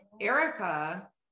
Erica